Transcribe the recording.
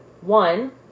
one